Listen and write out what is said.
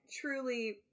truly